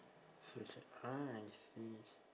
social ah I see